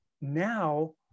Now